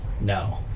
No